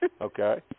Okay